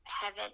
heaven